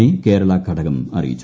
A Kerala ഘടകം അറിയിച്ചു